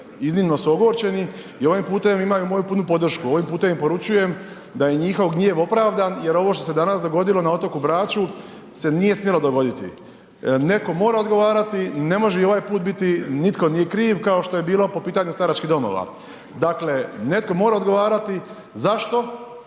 iznimno su ogorčeni i ovim putem imaju moju punu podršku. Ovim putem im poručujem da je njihov gnjev opravdan jer ovo što se danas dogodilo na otoku Braču se nije smjelo dogoditi. Neko mora odgovarati, ne može i ovaj put biti nitko nije kriv, kao što je bilo po pitanju staračkih domova, dakle netko mora odgovarati. Zašto,